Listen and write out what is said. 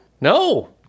No